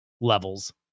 levels